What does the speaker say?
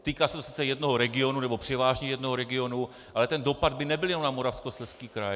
Týká se to sice jednoho regionu, nebo převážně jednoho regionu, ale ten dopad by nebyl jen na Moravskoslezský kraj.